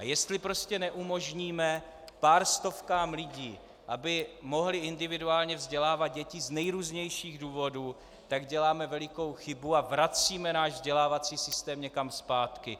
A jestli neumožníme pár stovkám lidí, aby mohli individuálně vzdělávat děti z nejrůznějších důvodů, tak děláme velikou chybu a vracíme náš vzdělávací systém někam zpátky.